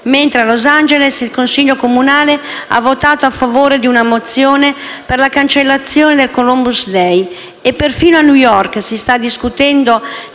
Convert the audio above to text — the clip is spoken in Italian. mentre a Los Angeles il consiglio comunale ha votato a favore di una mozione per la cancellazione del Columbus day e perfino a New York si sta discutendo